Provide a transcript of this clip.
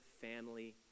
family